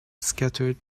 scattered